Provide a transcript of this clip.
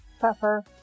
pepper